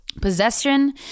possession